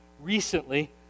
recently